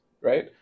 right